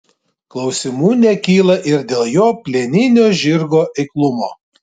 klausimų nekyla ir dėl jo plieninio žirgo eiklumo